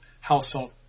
household